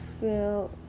feel